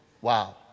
wow